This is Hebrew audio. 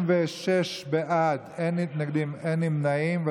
26 בעד, אין מתנגדים, אין נמנעים.